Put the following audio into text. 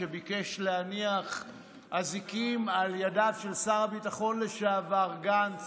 שביקש להניח אזיקים על ידיו של שר הביטחון לשעבר גנץ